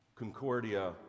Concordia